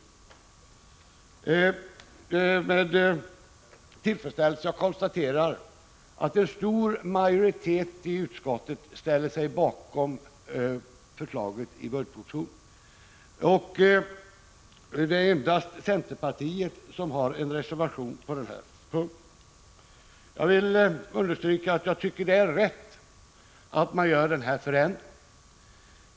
Det är med tillfredsställelse jag konstaterar att en stor majoritet i utskottet ställer sig bakom förslaget i budgetpropositionen; endast centerpartiet har en reservation på den här punkten. Jag tycker det är rätt att man gör den här förändringen.